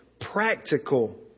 practical